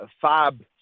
fab